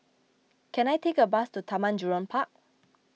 can I take a bus to Taman Jurong Park